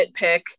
nitpick